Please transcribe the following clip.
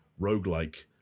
roguelike